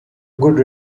good